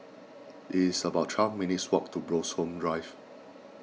it is about twelve minutes' walk to Bloxhome Drive